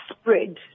spread